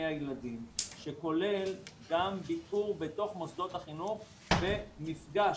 הילדים שכולל גם ביקור בתוך מוסדות החינוך ומפגש